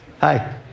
Hi